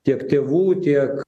tiek tėvų tiek